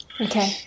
okay